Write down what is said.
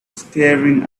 staring